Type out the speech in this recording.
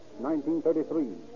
1933